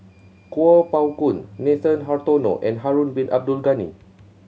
Kuo Pao Kun Nathan Hartono and Harun Bin Abdul Ghani